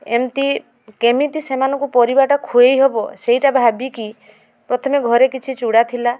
ଏମିତି କେମିତି ସେମାନଙ୍କୁ ପରିବାଟା ଖୁଆଇ ହେବ ସେଇଟା ଭାବି କି ପ୍ରଥମେ ଘରେ କିଛି ଚୂଡ଼ା ଥିଲା